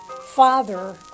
father